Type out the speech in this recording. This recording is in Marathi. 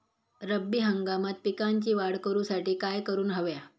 रब्बी हंगामात पिकांची वाढ करूसाठी काय करून हव्या?